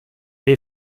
they